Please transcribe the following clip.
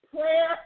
prayer